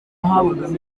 habagamo